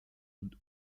und